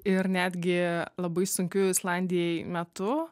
ir netgi labai sunkiu islandijai metu